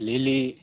lily